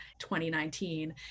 2019